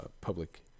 public